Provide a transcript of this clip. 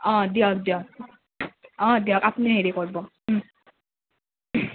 অঁ দিয়ক দিয়ক অঁ দিয়ক আপ্নি হেৰি কৰ্ব